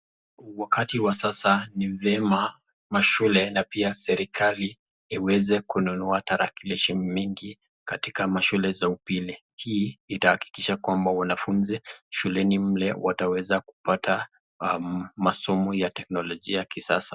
Wakati wa sasa ni vyema mashule na pia serikali iweze kununua tarakilishi mingi katika mashule za upili. Hii itahakikisha kwamba wanafunzi shuleni mle wataweza kupata masomo ya teknolojia ya kisasa.